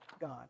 God